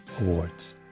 awards